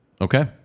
Okay